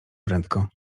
prędko